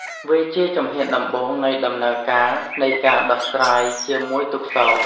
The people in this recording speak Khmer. វាជាជំហានដំបូងនៃដំណើរការនៃការដោះស្រាយជាមួយទុក្ខសោក។